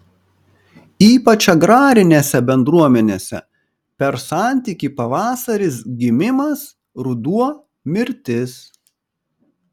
ypač agrarinėse bendruomenėse per santykį pavasaris gimimas ruduo mirtis